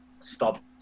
Stop